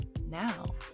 Now